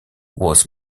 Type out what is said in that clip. was